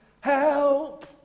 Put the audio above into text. Help